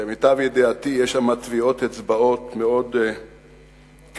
למיטב ידיעתי יש טביעת אצבעות כבדות